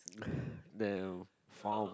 there farm